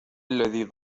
الذي